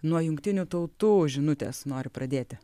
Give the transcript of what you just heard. nuo jungtinių tautų žinutės noriu pradėti